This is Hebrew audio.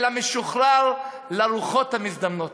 אלא משוחרר לרוחות המזדמנות.